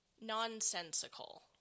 nonsensical